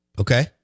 Okay